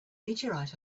meteorite